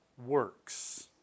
works